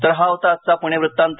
तर हा होता आजचा पुणे वृतांत